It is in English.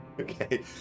Okay